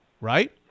right